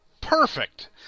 Perfect